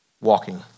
walking